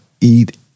eat